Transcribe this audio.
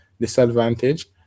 disadvantage